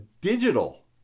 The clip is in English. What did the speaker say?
Digital